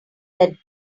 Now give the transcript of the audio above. that